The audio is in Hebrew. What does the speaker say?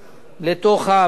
לתוך המכלול.